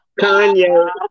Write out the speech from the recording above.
Kanye